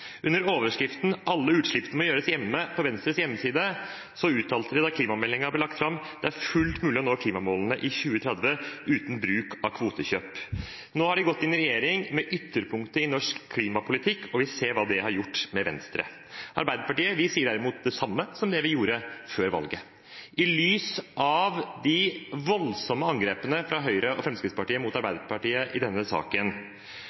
Under overskriften om at alle utslippene må «tas hjemme» – på Venstres hjemmeside – uttalte de da klimameldingen ble lagt fram at det er fullt mulig å nå klimamålene i 2030 uten bruk av kvotekjøp. Nå har de gått i regjering med ytterpunktet i norsk klimapolitikk. Vi ser hva det har gjort med Venstre. Vi i Arbeiderpartiet sier derimot det samme som vi gjorde før valget. I lys av de voldsomme angrepene fra Høyre og Fremskrittspartiet mot Arbeiderpartiet i denne saken: